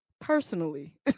personally